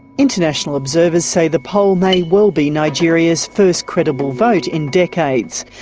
international observers say the poll may well be nigeria's first credible vote in decades.